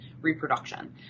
reproduction